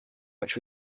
which